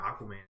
Aquaman